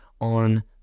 on